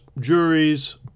juries